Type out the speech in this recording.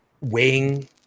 weighing